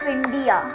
India